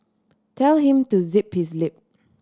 tell him to zip his lip